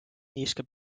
niiske